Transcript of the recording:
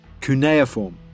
cuneiform